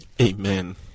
Amen